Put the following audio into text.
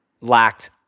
lacked